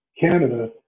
Canada